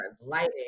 lighting